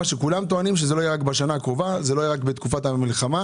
כולם טוענים שזה לא יהיה רק בתקופת השנה הקרובה ובתקופת המלחמה,